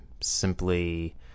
simply